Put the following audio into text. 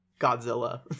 Godzilla